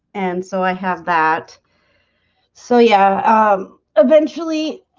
and so i have that so yeah eventually,